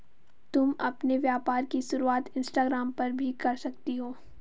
तुम अपने व्यापार की शुरुआत इंस्टाग्राम पर भी कर सकती हो